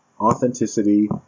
authenticity